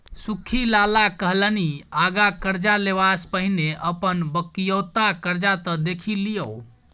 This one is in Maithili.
सुख्खी लाला कहलनि आँगा करजा लेबासँ पहिने अपन बकिऔता करजा त देखि लियौ